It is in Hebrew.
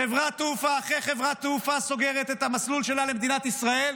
חברת תעופה אחרי חברה תעופה סוגרת את המסלול שלה למדינת ישראל,